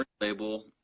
Label